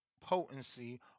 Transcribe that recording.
potency